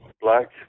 black